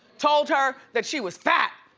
told her that she was fat.